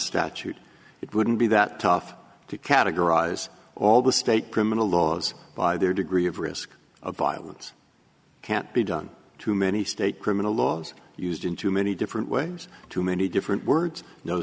wouldn't be that tough to categorize all the state criminal laws by their degree of risk of violence can't be done too many state criminal laws are used in too many different ways too many different words no